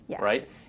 right